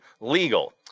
legal